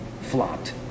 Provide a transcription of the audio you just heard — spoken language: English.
flopped